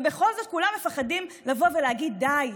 ובכל זאת כולם מפחדים לבוא ולהגיד: די.